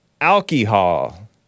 Alcohol